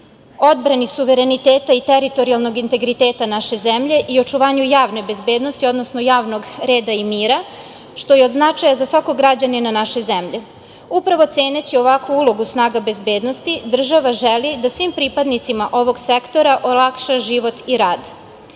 odbrani suvereniteta i teritorijalnog integriteta naše zemlje i očuvanju javne bezbednosti, odnosno javnog reda i mira što je od značaja za svakog građanina naše zemlje. Upravo ceneći ovakvu ulogu snaga bezbednosti država želi da svim pripadnicima ovog sektora olakša život i rad.